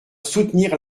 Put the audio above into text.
soutenir